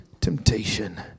temptation